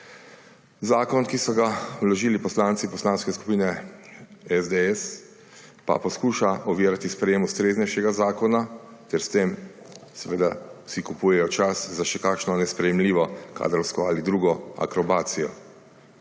Zakon, ki so ga vložili poslanci poslanske skupine SDS pa poskuša ovirati sprejem ustreznejšega zakona ter si s tem kupujejo čas za še kakšno nesprejemljivo kadrovsko ali drugo akrobacijo.